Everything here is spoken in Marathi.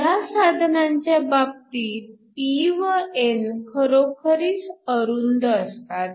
ह्या साधनांच्या बाबतीत p व n खरोखरीच अरुंद असतात